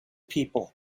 people